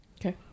okay